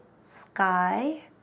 sky